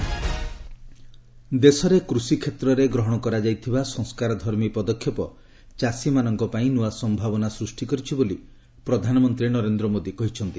ମନ୍ କୀ ବାତ୍ ଦେଶରେ କୃଷିକ୍ଷେତ୍ରରେ ଗ୍ରହଣ କରାଯାଇଥିବା ସଂସ୍କାରଧର୍ମୀ ପଦକ୍ଷେପ ଚାଷୀମାନଙ୍କ ପାଇଁ ନୂଆ ସମ୍ଭାବନା ସୃଷ୍ଟି କରିଛି ବୋଳି ପ୍ରଧାନମନ୍ତ୍ରୀ ନରେନ୍ଦ୍ର ମୋଦି କହିଛନ୍ତି